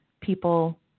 people